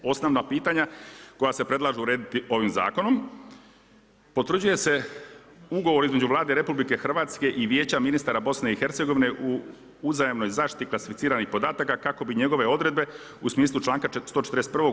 Osnovna pitanja koja se predlažu urediti ovim zakonom potvrđuje se ugovor između Vlade RH i Vijeća ministara Bosne i Hercegovine u uzajamnoj zaštiti klasificiranih podataka kako bi njegove odredbe u smislu članka 141.